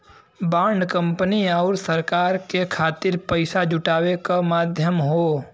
bond company आउर सरकार के खातिर पइसा जुटावे क माध्यम हौ